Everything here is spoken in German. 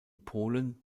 polen